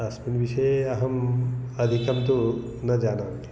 अस्मिन् विषये अहम् अधिकं तु न जानामि